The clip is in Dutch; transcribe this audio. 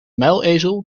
muilezel